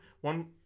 one